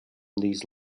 these